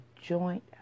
joint